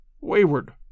wayward